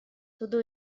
tudo